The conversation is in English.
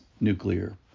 nuclear